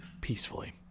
peacefully